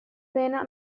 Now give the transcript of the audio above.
pena